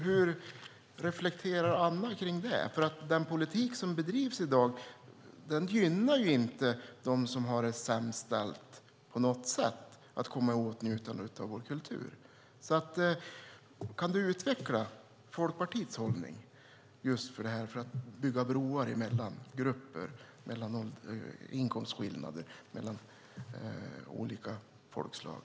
Hur reflekterar Anna kring det? Den politik som bedrivs i dag gynnar ju inte på något sätt dem som har det sämst ställt att komma i åtnjutande av vår kultur. Kan du utveckla Folkpartiets hållning om detta att bygga broar mellan grupper, folk med inkomstskillnader och olika folkslag?